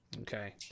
Okay